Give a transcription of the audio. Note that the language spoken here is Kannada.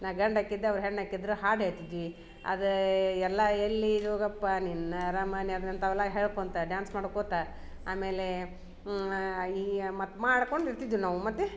ನಾ ಗಂಡು ಆಕಿದ್ದೆ ಅವ್ರ ಹೆಣ್ಣು ಆಕಿಯಿದ್ರು ಹಾಡು ಹೇಳ್ತಿದ್ವಿ ಅದು ಎಲ್ಲಾ ಎಲ್ಲಿ ಜೋಗಪ್ಪ ನಿನ್ನ ಅರಮನೆ ಅದ್ನ ಅಂಥವಲ್ಲ ಹೇಳ್ಕೊಳ್ತಾ ಡ್ಯಾನ್ಸ್ ಮಾಡ್ಕೋತ ಆಮೇಲೆ ಈ ಮತ್ ಮಾಡ್ಕೊಂಡು ಇರ್ತಿದಿವಿ ನಾವು ಮತ್ತೆ